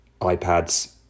ipads